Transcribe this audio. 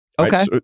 Okay